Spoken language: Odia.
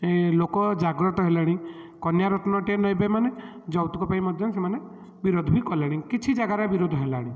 ଲୋକ ଜାଗ୍ରତ ହେଲେଣି କନ୍ୟା ରତ୍ନଟିଏ ନେବେ ମାନେ ଯୌତୁକ ପାଇଁ ମଧ୍ୟ ସେମାନେ ବିରୋଧ ବି କଲେଣି କିଛି ଜାଗାରେ ବିରୋଧ ହେଲାଣି